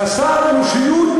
חסר אנושיות.